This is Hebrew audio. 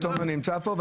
תומר נמצא פה,